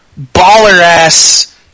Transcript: baller-ass